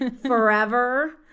forever